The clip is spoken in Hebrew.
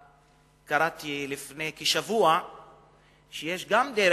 קראתי לפני כשבוע שיש גם לנו,